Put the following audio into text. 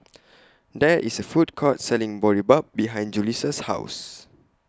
There IS A Food Court Selling Boribap behind Julissa's House